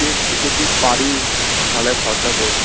দেখি যদি পারি তাহলে খরচা করবো